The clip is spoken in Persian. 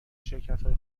شرکتهای